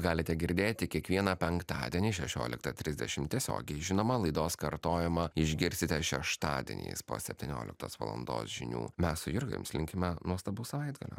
galite girdėti kiekvieną penktadienį šešioliktą trisdešim tiesiogiai žinoma laidos kartojimą išgirsite šeštadieniais po septynioliktos valandos žinių mes su jurga jums linkime nuostabaus savaitgalio